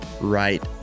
right